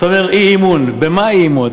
אתה אומר אי-אמון, במה אי-אמון?